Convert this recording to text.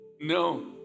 no